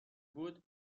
بود